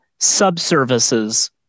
subservices